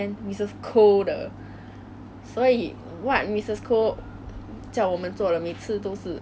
exercises and I have never finished one exercise at all